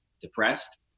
depressed